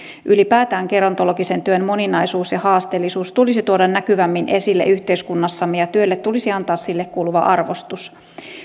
ylipäätään gerontologisen työn moninaisuus ja haasteellisuus tulisi tuoda näkyvämmin esille yhteiskunnassamme ja työlle tulisi antaa sille kuuluva arvostus